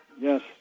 yes